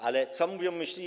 Ale co mówią myśliwi?